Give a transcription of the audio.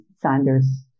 Sanders